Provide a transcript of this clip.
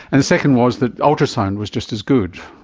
and the second was that ultrasound was just as good,